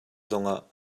zongah